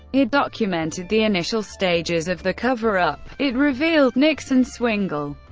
it documented the initial stages of the cover-up it revealed nixon, swingle,